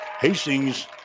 Hastings